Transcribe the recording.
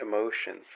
emotions